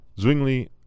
Zwingli